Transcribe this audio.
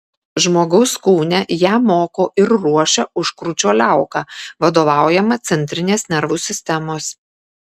žmogaus kūne ją moko ir ruošia užkrūčio liauka vadovaujama centrinės nervų sistemos